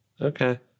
Okay